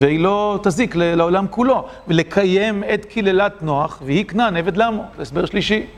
והיא לא תזיק לעולם כולו, ולקיים את קללת נוח, ויהי כנען עבד לעמו, הסבר שלישי.